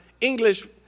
English